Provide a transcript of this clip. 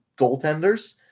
goaltenders